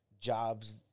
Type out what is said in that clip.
jobs